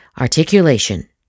articulation